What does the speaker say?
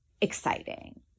exciting